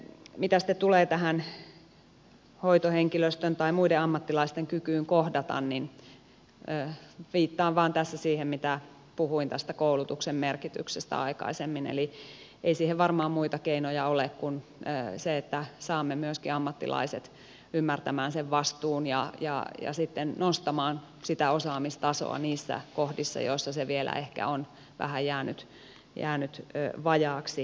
mitä sitten tulee tähän hoitohenkilöstön tai muiden ammattilaisten kykyyn kohdata niin viittaan vain tässä siihen mitä puhuin tästä koulutuksen merkityksestä aikaisemmin eli ei siihen varmaan muita keinoja ole kuin se että saamme myöskin ammattilaiset ymmärtämään sen vastuun ja sitten nostamaan sitä osaamistasoa niissä kohdissa joissa se vielä ehkä on vähän jäänyt vajaaksi